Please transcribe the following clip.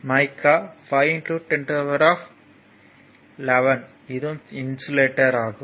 மைக்கா 5 1011 இது இன்சுலேட்டர் ஆகும்